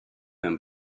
him